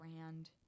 brand